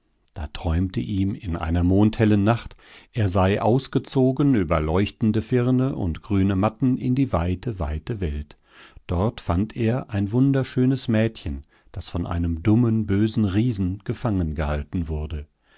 da träumte ihm in einer mondhellen nacht er sei ausgezogen über leuchtende firne und grüne matten in die weite weite welt dort fand er ein wunderschönes mädchen das von einem dummen bösen riesen gefangengehalten wurde